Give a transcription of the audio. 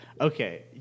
Okay